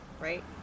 right